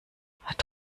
hat